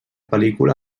pel·lícula